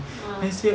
ah